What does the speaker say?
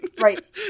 Right